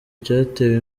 cyatewe